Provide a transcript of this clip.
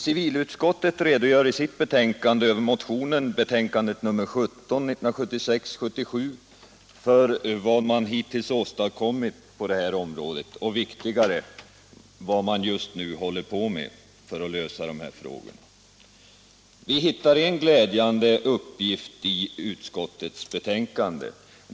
Civilutskottet redogör i sitt betänkande över motionen, 1976/77:17, för vad man hittills åstadkommit på det här området och vad man just nu håller på med för att lösa de här frågorna Vi hittar en glädjande uppgift i utskottsbetänkandet.